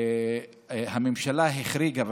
הממשלה החריגה,